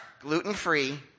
gluten-free